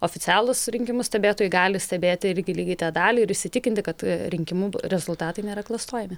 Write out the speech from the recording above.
oficialūs rinkimų stebėtojai gali stebėti irgi lygiai tą dalį ir įsitikinti kad rinkimų rezultatai nėra klastojami